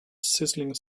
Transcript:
sizzling